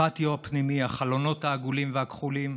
הפטיו הפנימי, החלונות העגולים והכחולים,